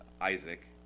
Isaac